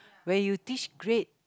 when you teach grade